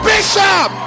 Bishop